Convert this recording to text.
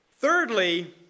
thirdly